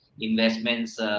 investments